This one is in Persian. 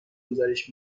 گزارش